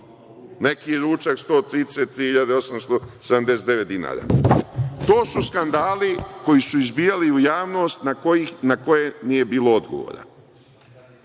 neki ručak 133.879 dinara. To su skandali koji su izbijali u javnost na koje nije bilo odgovora.